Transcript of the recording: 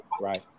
Right